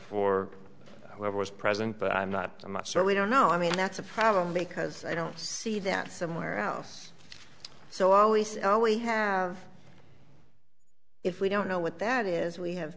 for whoever was present but i'm not i'm not so we don't know i mean that's a problem because i don't see that somewhere else so i always know we have if we don't know what that is we have